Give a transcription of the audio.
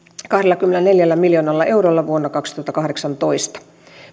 kahdellakymmenelläneljällä miljoonalla eurolla vuonna kaksituhattakahdeksantoista